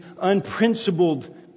unprincipled